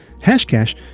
hashcash